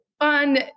on